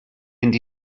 mynd